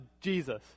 Jesus